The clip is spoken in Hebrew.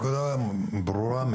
הנקודה ברורה.